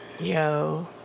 yo